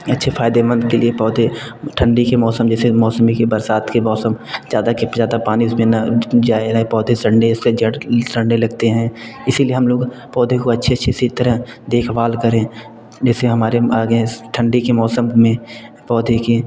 अच्छे फ़ायदेमंद के लिए पौधे ठंडी के मौसम जैसे मौसमी की बरसात के मौसम ज़्यादा से ज़्यादा पानी भी जाए पौधे सदने से जड़ के सड़ने लगते हैं इसी लिए हम लोग पौधे को अच्छे अच्छे से तरह देख भाल करें जैसे हमारे आ गए इस ठंडी के मौसम में पौधे के